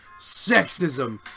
sexism